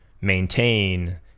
maintain